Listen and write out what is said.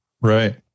Right